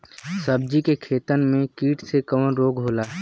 सब्जी के खेतन में कीट से कवन रोग होला?